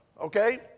okay